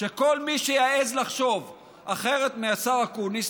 שכל מי שיעז לחשוב אחרת מהשר אקוניס,